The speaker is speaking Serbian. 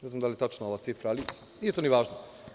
Ne znam da li je tačna ova cifra, ali nije to ni važno.